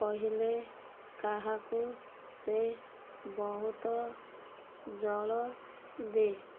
କହିଲେ କାହାକୁ ସେ ବହୁତ ଜଳଦି